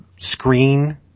screen